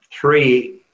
three